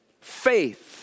faith